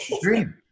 dream